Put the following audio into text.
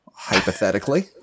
Hypothetically